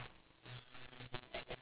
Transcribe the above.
anything lah